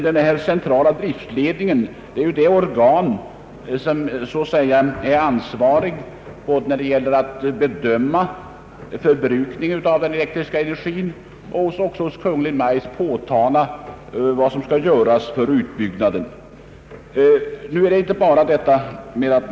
Den centrala driftledningen är det organ som är ansvarigt både när det gäller att bedöma förbrukningen av den elektriska energin och att hos Kungl. Maj:t påtala vilka utbyggnader som bör göras.